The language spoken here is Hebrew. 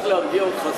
רק להרגיע אותך,